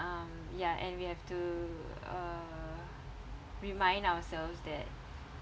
um ya and we have to uh remind ourselves that